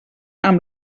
amb